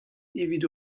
evit